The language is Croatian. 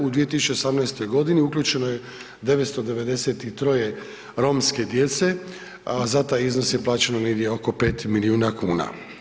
U 2018. g. uključeno je 993 romske djece, za taj iznos je plaćeno negdje oko 5 milijuna kuna.